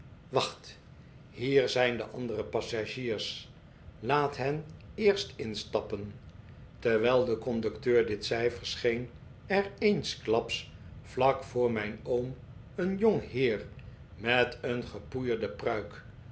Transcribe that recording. wacht hier zijn de andere passagiers laat hen eerst instappen terwijl de conducteur dit zei verscheen er eensklaps vlak voor mijn oom een jong heer met een gepoeierde pruik